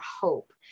hope